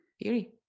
beauty